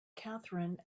katherine